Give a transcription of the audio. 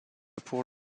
pour